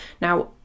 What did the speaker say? Now